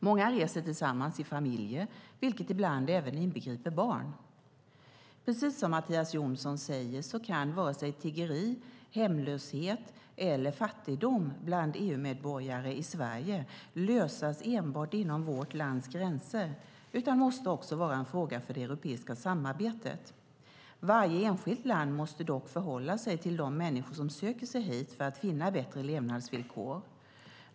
Många reser tillsammans i familjer, vilket ibland även inbegriper barn. Precis som Mattias Jonsson säger kan varken tiggeri, hemlöshet eller fattigdom bland EU-medborgare i Sverige lösas enbart inom vårt lands gränser, utan detta måste vara en fråga för det europeiska samarbetet. Varje enskilt land måste dock förhålla sig till de människor som söker sig dit för att finna bättre levnadsvillkor.